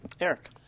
Eric